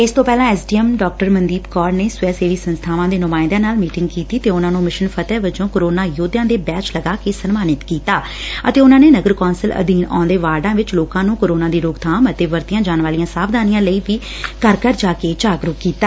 ਇਸ ਤੋ ਪਹਿਲਾਂ ਐਸਡੀਐਮ ਡਾ ਮਨਦੀਪ ਕੌਰ ਨੇ ਸਵੈ ਸੇਵੀ ਸੰਸਬਾਵਾਂ ਦੇ ਨੁਮਾਇੰਦਿਆਂ ਨਾਲ ਮੀਟਿੰਗ ਕੀਤੀ ਤੇ ਉਨਾਂ ਨੂੰ ਮਿਸ਼ਨ ਫਤਿਹ ਵਜੋ ਕਰੋਨਾ ਯੋਧਿਆਂ ਦੇ ਬੈਜ ਲਗਾ ਕੇ ਸਨਮਾਨਿਤ ਕੀਤਾ ਅਤੇ ਉਨੂਾਂ ਨੇ ਨਗਰ ਕੌਂਸਲ ਅਧੀਨ ਆਉਦੇ ਵਾਰਡਾਂ ਵਿੱਚ ਲੋਕਾਂ ਨੂੰ ਕੋਰੋਨਾ ਦੀ ਰੋਕਬਾਮ ਅਤੇ ਵਰਤੀਆਂ ਜਾਣ ਵਾਲੀਆਂ ਸਾਵਧਾਨੀਆਂ ਲਈਂ ਘਰ ਘਰ ਜਾ ਕੇ ਜਾਗਰੁਕ ਕੀਤਾ